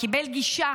וקיבל גישה